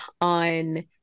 on